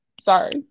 Sorry